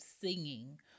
singing